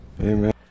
Amen